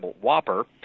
Whopper